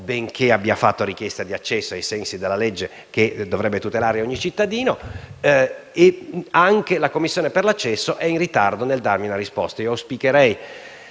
benché abbia fatto richiesta di accesso agli atti ai sensi della legge che dovrebbe tutelare ogni cittadino; anche la commissione per l'accesso è in ritardo nel darmi una risposta. Auspicherei